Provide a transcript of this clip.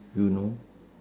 you know